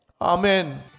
Amen